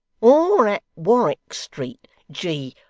or at warwick street, g.